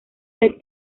red